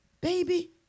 baby